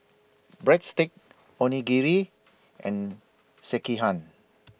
Breadsticks Onigiri and Sekihan